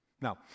Now